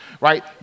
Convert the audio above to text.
right